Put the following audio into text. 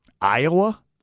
Iowa